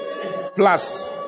plus